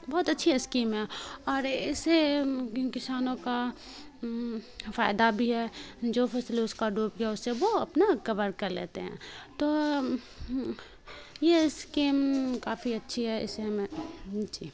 بہت اچھی اسکیم ہیں اور اسے کسانوں کا فائدہ بھی ہے جو فصل اس کا ڈوب گیا اس سے وہ اپنا کور کر لیتے ہیں تو یہ اسکیم کافی اچھی ہے اس سے ہمیں جی